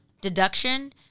deduction